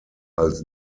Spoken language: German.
als